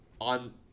on